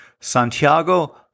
Santiago